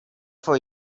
for